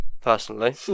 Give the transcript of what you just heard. personally